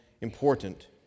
important